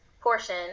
portion